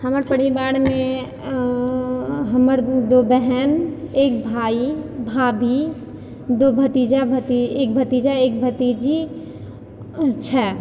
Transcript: हमर परिवारमे हमर दु गो बहिन एक भाय भाभी दु भतीजा भती एक भतीजा एक भतीजी छै